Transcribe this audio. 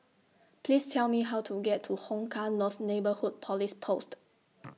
Please Tell Me How to get to Hong Kah North Neighbourhood Police Post